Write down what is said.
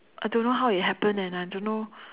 I don't know how it happened and I don't know